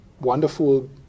wonderful